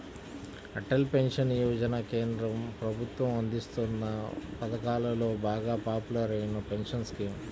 Atal pension Yojana కేంద్ర ప్రభుత్వం అందిస్తోన్న పథకాలలో బాగా పాపులర్ అయిన పెన్షన్ స్కీమ్